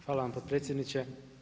Hvala vam potpredsjedniče.